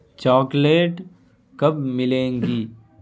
chocolate کب ملیں گی